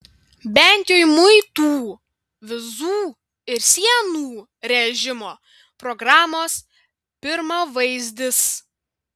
bent jau muitų vizų ir sienų režimo programos pirmavaizdis